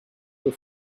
were